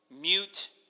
mute